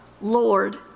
Lord